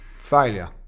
failure